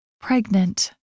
Pregnant